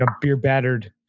beer-battered